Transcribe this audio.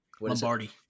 Lombardi